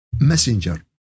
messenger